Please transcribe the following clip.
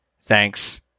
thanks